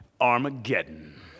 Armageddon